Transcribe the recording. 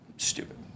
stupid